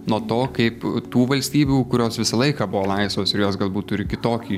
nuo to kaip tų valstybių kurios visą laiką buvo laisvos ir jos galbūt turi kitokį